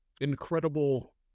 incredible